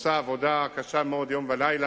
שעושה עבודה קשה מאוד יום ולילה,